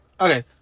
Okay